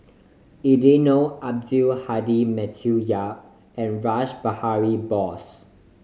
Eddino Abdul Hadi Matthew Yap and Rash Behari Bose